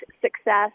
success